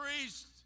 priest